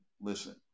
Listen